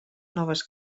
noves